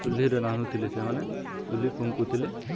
ଚୁଲିରେ ରାନ୍ଧୁଥିଲେ ସେମାନେ ଚୁଲି ଫୁଙ୍କୁୁ ଥିଲେ